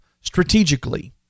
strategically